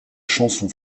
chanson